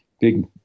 big